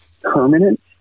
permanent